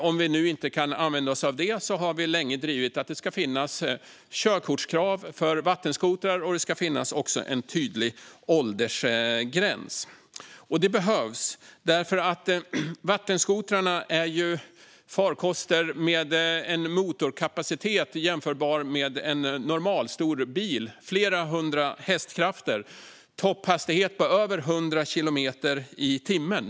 Om vi inte kan använda oss av det har vi länge drivit att det ska finnas körkortskrav för vattenskotrar, och det ska också finnas en tydlig åldersgräns. Det behövs, för vattenskotrarna är farkoster med en motorkapacitet jämförbar med en normalstor bil. De har flera hundra hästkrafter och en topphastighet på över 100 kilometer i timmen.